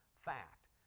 fact